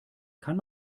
kann